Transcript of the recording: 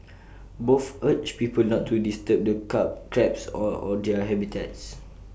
both urged people not to disturb the crabs or their habitats